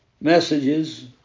messages